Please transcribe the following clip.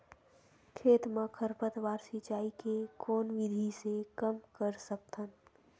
खेत म खरपतवार सिंचाई के कोन विधि से कम कर सकथन?